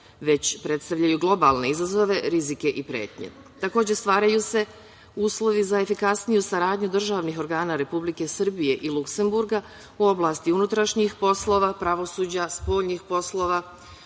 već predstavljaju globalne izazove, rizike i pretnje. Takođe, stvaraju se uslovi za efikasniju saradnju državnih organa Republike Srbije i Luksenburga u oblasti unutrašnjih poslova, pravosuđa, spoljnih poslova,